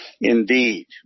Indeed